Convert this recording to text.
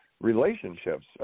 relationships